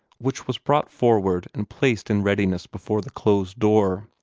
which was brought forward and placed in readiness before the closed door.